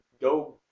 go